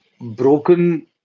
broken